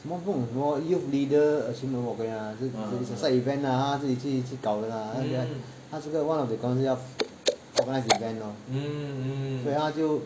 什么不懂什么 youth leader a similar 还是什么鬼 lah it's a side event lah 他自己去搞的 lah 他这个 one of the 工是要 organise event lor 所以他就